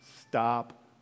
stop